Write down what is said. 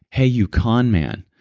hey you con man.